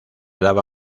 daba